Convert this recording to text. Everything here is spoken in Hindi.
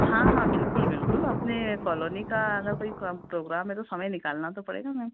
हाँ हाँ बिल्कुल बिल्कुल अपने कॉलोनी का अगर कोई प्रोग्राम है तो समय निकालना तो पड़ेगा मैम